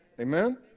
Amen